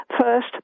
first